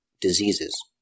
diseases